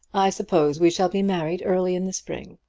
i suppose we shall be married early in the spring.